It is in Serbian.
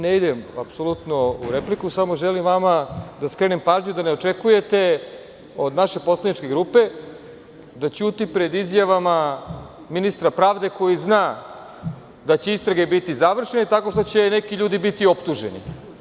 Ne idem u repliku, samo želim da vam skrenem pažnju da ne očekujete od naše poslaničke grupe da ćuti pred izjavama ministra pravde koji zna da će istrage biti završene tako što će neki ljudi biti optuženi.